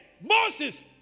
Moses